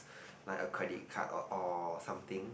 like a credit card or or something